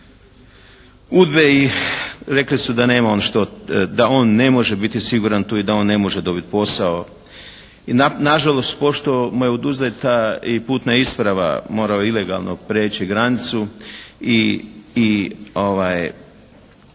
UDBA-e i rekli su da nema on što, da on ne može biti siguran tu i da on ne može dobiti posao. I nažalost, pošto mu je oduzeta i putna isprava, morao je ilegalno preći granicu i u